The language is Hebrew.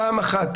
פעם אחת,